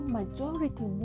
majority